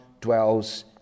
dwells